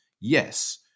yes